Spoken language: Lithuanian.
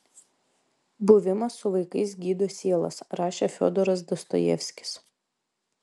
buvimas su vaikais gydo sielas rašė fiodoras dostojevskis